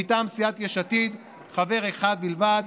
מטעם סיעת יש עתיד חבר אחד בלבד: